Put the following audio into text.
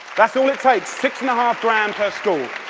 that's all it takes, six-and-a-half grand per school.